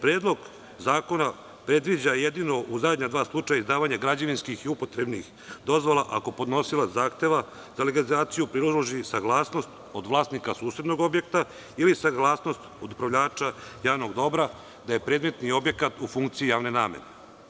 Predlog zakona predviđa jedino u zadnja dva slučaja izdavanje građevinskih i upotrebnih dozvola, ako podnosilac zahteva za legalizaciju priloži saglasnost od vlasnika susednog objekta, ili saglasnost od upravljača javnog dobra da je predmetni objekat u funkciji javne namene.